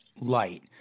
light